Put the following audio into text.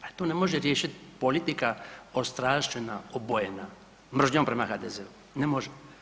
Ali to ne može riješiti politika ostrašćena, obojena mržnjom prema HDZ-u ne može.